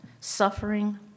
suffering